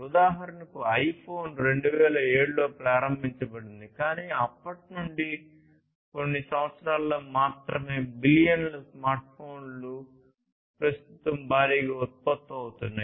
ఉదాహరణకు ఐఫోన్ 2007 లో ప్రారంభించబడింది కానీ అప్పటి నుండి కొన్ని సంవత్సరాలలో మాత్రమే బిలియన్ల స్మార్ట్ఫోన్లు ప్రస్తుతం భారీగా ఉత్పత్తి అవుతున్నాయి